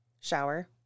shower